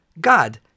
God